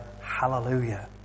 hallelujah